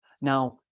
Now